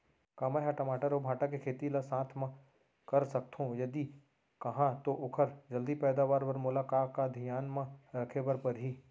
का मै ह टमाटर अऊ भांटा के खेती ला साथ मा कर सकथो, यदि कहाँ तो ओखर जलदी पैदावार बर मोला का का धियान मा रखे बर परही?